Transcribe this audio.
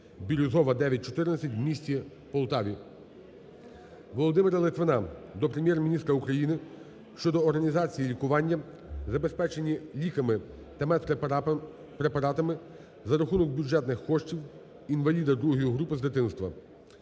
Володимира Литвина до Прем'єр-міністра України щодо організації лікування, забезпечення ліками та медпрепаратами за рахунок бюджетних коштів інваліда ІІ групи з дитинства.